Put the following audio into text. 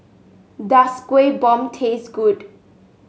does Kueh Bom taste good